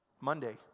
Monday